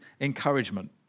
encouragement